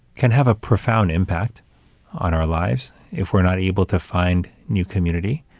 can have a profound impact on our lives if we're not able to find new community,